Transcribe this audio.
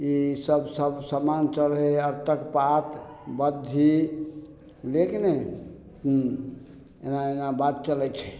ई सब सब सामान चढ़य आरतक पात बद्धी बुझलियै की नहि एना एना बात चलय छै